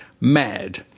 mad